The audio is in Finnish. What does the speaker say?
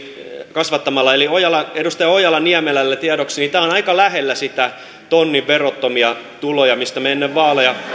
kasvattamalla edustaja ojala niemelälle tiedoksi tämä on aika lähellä niitä tonnin verottomia tuloja mistä me ennen vaaleja